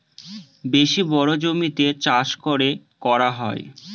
বেশি বড়ো জমিতে চাষ করে করা হয়